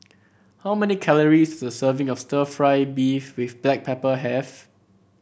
how many calories does a serving of stir fry beef with Black Pepper have